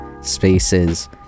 spaces